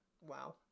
Wow